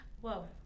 Whoa